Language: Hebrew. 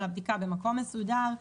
אלא בדיקה במקום מסודר,